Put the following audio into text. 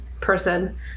person